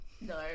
No